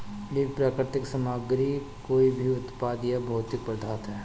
एक प्राकृतिक सामग्री कोई भी उत्पाद या भौतिक पदार्थ है